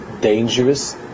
dangerous